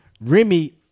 Remy